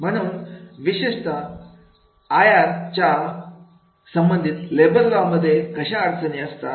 म्हणून विशेषता I R च्या संबंधित लेबर लॉ मध्ये अशा अडचणी असतात